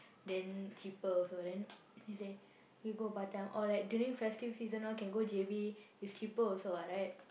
then cheaper also then he say we go Batam or like during festive season can go J_B it's cheaper also [what] right